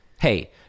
Hey